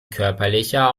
körperlicher